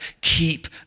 keep